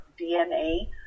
DNA